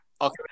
Okay